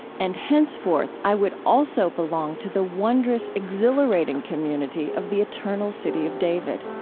and henceforth i would also belong to the wondrous, exhilarating community of the eternal city of david.